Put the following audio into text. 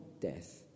death